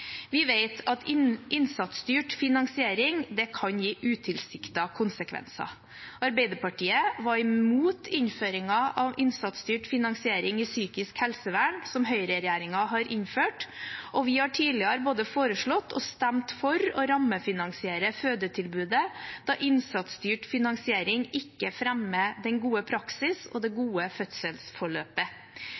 Vi vet at innsatsstyrt finansiering kan gi utilsiktede konsekvenser. Arbeiderpartiet var imot innføringen av innsatsstyrt finansiering i psykisk helsevern, som høyreregjeringen har innført, og vi har tidligere både foreslått og stemt for å rammefinansiere fødetilbudet, da innsatsstyrt finansiering ikke fremmer den gode praksis og det gode fødselsforløpet.